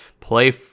play